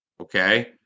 Okay